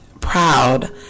proud